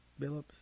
Billups